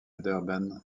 durban